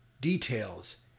details